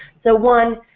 so one,